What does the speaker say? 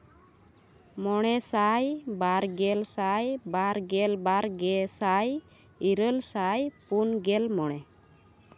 ᱢᱚᱬᱮ ᱥᱟᱭ ᱵᱟᱨ ᱜᱮᱞ ᱥᱟᱭ ᱵᱟᱨ ᱜᱮᱞ ᱵᱟᱨ ᱜᱮᱥᱟᱭ ᱤᱨᱟᱹᱞ ᱥᱟᱭ ᱯᱩᱱ ᱜᱮᱞ ᱢᱚᱬᱮ